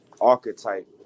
archetype